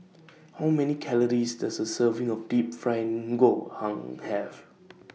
How Many Calories Does A Serving of Deep Fried Ngoh Hiang Have